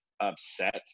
upset